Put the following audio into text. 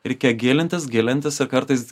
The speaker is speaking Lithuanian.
reikia gilintis gilintis ir kartais